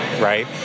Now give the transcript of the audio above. right